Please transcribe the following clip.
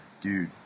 dude